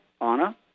Anna